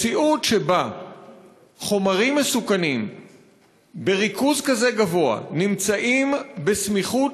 ומציאות שבה חומרים מסוכנים בריכוז גבוה כזה נמצאים בסמיכות